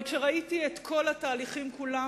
אבל כשראיתי את כל התהליכים כולם,